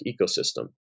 ecosystem